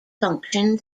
function